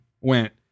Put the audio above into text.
went